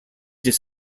his